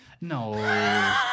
No